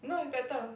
no it's better